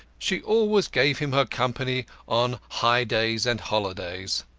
she always gave him her company on high-days and holidays.